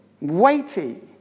weighty